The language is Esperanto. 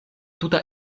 tuta